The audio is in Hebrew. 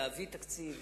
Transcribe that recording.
להביא תקציב,